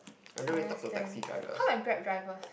I understand how about Grab drivers